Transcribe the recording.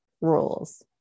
rules